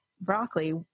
broccoli